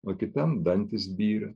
o kitam dantys byra